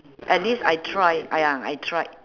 at least I tried ah ya I tried